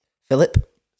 Philip